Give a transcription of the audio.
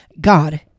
god